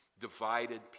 divided